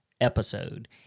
episode